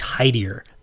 tidier